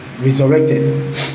resurrected